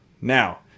now